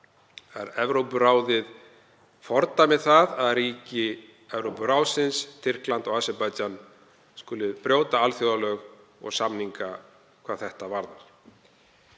að Evrópuráðið fordæmi það að ríki Evrópuráðsins, Tyrkland og Aserbaídsjan, skuli brjóta alþjóðalög og samninga hvað þetta varðar.